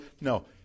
no